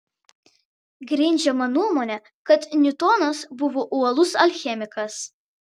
grindžiama nuomone kad niutonas buvo uolus alchemikas